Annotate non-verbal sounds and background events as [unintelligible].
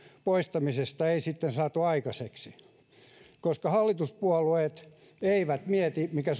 poistamisesta ei sitten saatu aikaiseksi koska hallituspuolueet eivät mieti mikä [unintelligible]